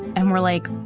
and we're like,